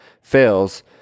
fails